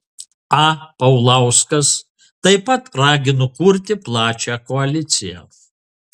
a paulauskas taip pat ragino kurti plačią koaliciją